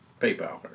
PayPal